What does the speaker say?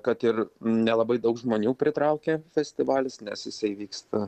kad ir nelabai daug žmonių pritraukia festivalis nes jisai vyksta